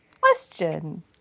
Question